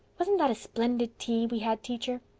wasn't that a splendid tea we had, teacher?